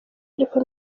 ariko